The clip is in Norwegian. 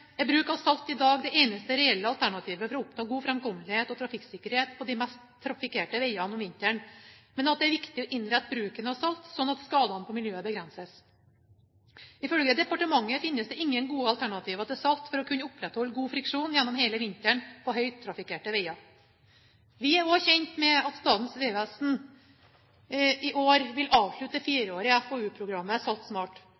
er bruk av salt i dag det eneste reelle alternativet for å oppnå god framkommelighet og trafikksikkerhet på de mest trafikkerte veiene om vinteren, men det er viktig å innrette bruken av salt slik at skadene på miljøet begrenses. Ifølge departementet finnes det ingen gode alternativer til salt for å kunne opprettholde god friksjon gjennom hele vinteren på høytrafikkerte veier. Vi er også kjent med at Statens vegvesen i år vil avslutte det 4-årige FoU-programmet Salt SMART.